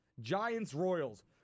Giants-Royals